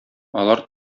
алар